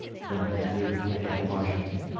done in duplicate at washington,